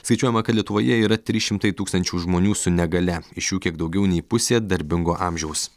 skaičiuojama kad lietuvoje yra trys šimtai tūkstančių žmonių su negalia iš jų kiek daugiau nei pusė darbingo amžiaus